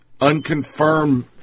unconfirmed